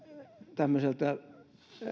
tämmöiseltä